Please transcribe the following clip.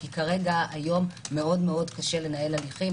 כי היום מאוד מאוד קשה לנהל הליכים,